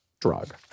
drug